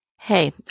Hey